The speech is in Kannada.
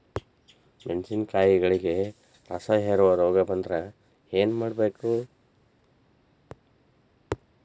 ಮೆಣಸಿನಕಾಯಿಗಳಿಗೆ ರಸಹೇರುವ ರೋಗ ಬಂದರೆ ಏನು ಮಾಡಬೇಕು?